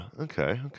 Okay